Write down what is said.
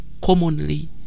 commonly